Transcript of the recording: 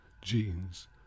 genes